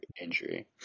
injury